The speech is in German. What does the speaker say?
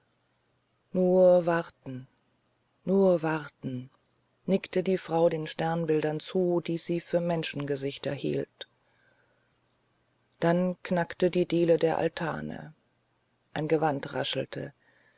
nur warten nur warten nickte die frau den sternbildern zu die sie für menschengesichter hielt dann knackte die diele der altane ein gewand raschelte